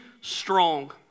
strong